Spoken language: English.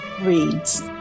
reads